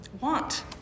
want